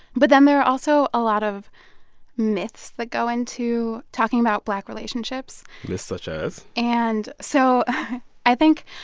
but then there are also a lot of myths that go into talking about black relationships myths such as? and so i think